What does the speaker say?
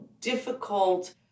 difficult